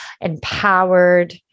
empowered